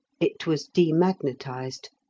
it was demagnetized.